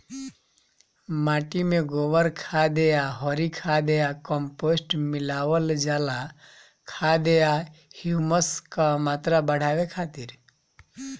माटी में गोबर खाद या हरी खाद या कम्पोस्ट मिलावल जाला खाद या ह्यूमस क मात्रा बढ़ावे खातिर?